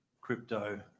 Crypto